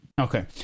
Okay